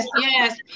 yes